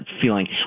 feeling